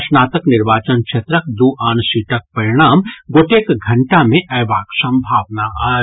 स्नातक निर्वाचन क्षेत्रक दू आन सीटक परिणाम गोटेक घंटा मे अयबाक संभावना अछि